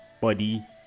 body